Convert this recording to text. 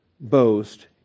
boast